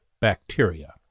bacteria